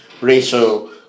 ratio